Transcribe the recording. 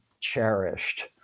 cherished